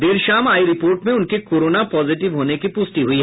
देर शाम आयी रिपोर्ट में उनके कोरोना पॉजिटिव होने की पुष्टि हुयी